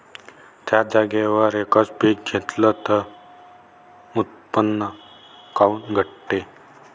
थ्याच जागेवर यकच पीक घेतलं त उत्पन्न काऊन घटते?